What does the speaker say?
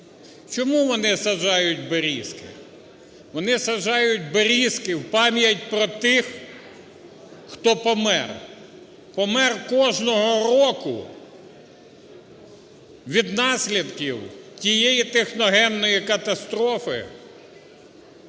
Чому вони саджають берізки? Вони саджають берізки в пам'ять про тих, хто помер, помер кожного року від наслідків тієї техногенної катастрофи,